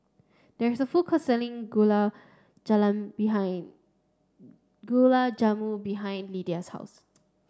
there is a food court selling Gulab Jalan behing Gulab Jamun behind Lyda's house